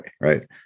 right